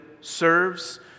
serves